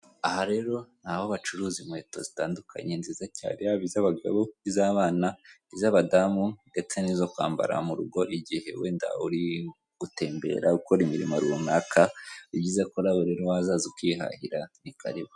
Aha rero ni aho bacuruza inkweto zitandukanye nziza cyane yaba iz'abagabo, iz'abana iz'abadamu ndetse n'izo kwambara mu rugo igihe wenda uri gutembera ukora imirimo runaka ibyiza ko nawe rero wazaza ukihahira ni karibu.